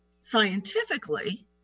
scientifically